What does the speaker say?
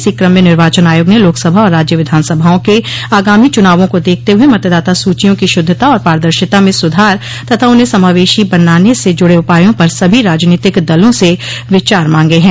इसी क्रम में निर्वाचन आयोग ने लोकसभा आर राज्य विधानसभाओं के आगामी चुनावों को देखते हुए मतदाता सूचियों की शुद्धता और पारदर्शिता में सुधार तथा उन्हें समावेशी बनाने से जुड़े उपायों पर सभी राजनीतिक दलों से विचार मांगे हैं